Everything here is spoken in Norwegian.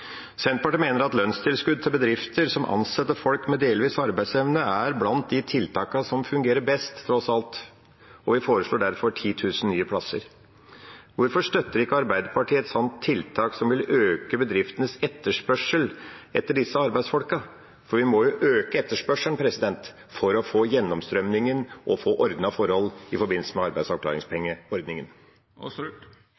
Senterpartiet mener at lønnstilskudd til bedrifter som ansetter folk med delvis arbeidsevne, er blant de tiltakene som fungerer best, tross alt, og vi foreslår derfor 10 000 nye plasser. Hvorfor støtter ikke Arbeiderpartiet et sånt tiltak som vil øke bedriftenes etterspørsel etter disse arbeidsfolka? Vi må jo øke etterspørselen for å få gjennomstrømning og få ordnede forhold i forbindelse med